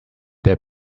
their